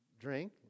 drink